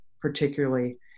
particularly